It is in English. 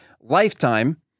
lifetime